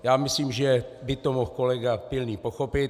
Já myslím, že by to mohl kolega Pilný pochopit.